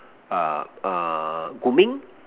uh uh grooming